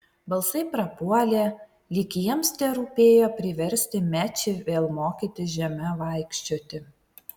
balsai prapuolė lyg jiems terūpėjo priversti mečį vėl mokytis žeme vaikščioti